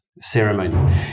ceremony